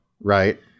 right